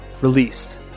Released